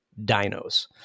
Dinos